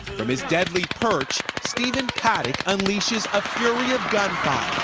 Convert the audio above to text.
from his deadly perch, stephen paddock unleashes a flurry of gunfire.